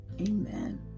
Amen